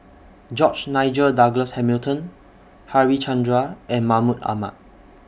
George Nigel Douglas Hamilton Harichandra and Mahmud Ahmad